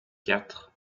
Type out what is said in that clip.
quatre